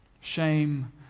Shame